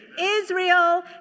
Israel